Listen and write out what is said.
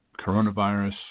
coronavirus